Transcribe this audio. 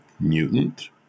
mutant